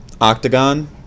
Octagon